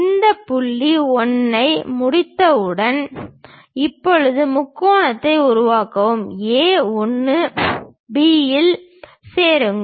இந்த புள்ளி 1 ஐ முடித்தவுடன் இப்போது முக்கோணத்தை உருவாக்க A 1 B இல் சேருங்கள்